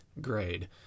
grade